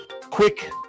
quick